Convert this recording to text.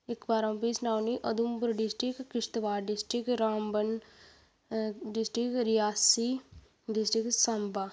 इक बार अ'ऊं तुसेंई सनां नीं Kishtwar district Ramban district Reasi district Samba